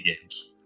games